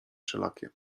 wszelakie